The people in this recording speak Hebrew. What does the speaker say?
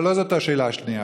אבל לא זו השאלה השנייה.